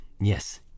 Yes